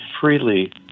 freely